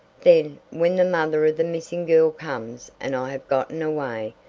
then, when the mother of the missing girl comes and i have gotten away,